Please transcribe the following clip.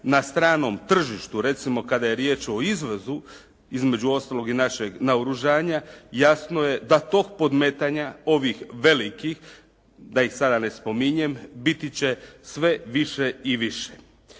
na stranom tržištu recimo kada je riječ o izvozu između ostaloga i našeg naoružanja, jasno je da tog podmetanja ovih velikih da ih sada ne spominjem, biti će sve više i više.